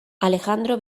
alejandro